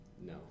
No